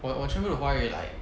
我我全部的华语 like